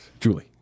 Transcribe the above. Julie